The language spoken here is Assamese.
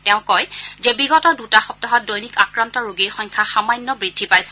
তেওঁ কয় যে বিগত দুটা সপ্তাহত দৈনিক আক্ৰান্ত ৰোগীৰ সংখ্যা সামান্য বৃদ্ধি পাইছে